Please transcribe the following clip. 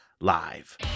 Live